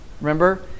Remember